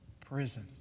prison